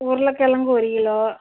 உருளைக் கெழங்கு ஒரு கிலோ